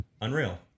unreal